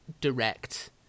direct